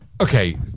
Okay